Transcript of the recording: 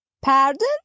Pardon